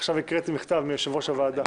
עכשיו הקראתי מכתב מיושב-ראש הוועדה.